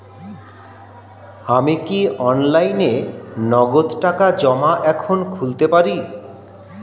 আমি কি অনলাইনে নগদ টাকা জমা এখন খুলতে পারি?